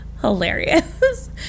hilarious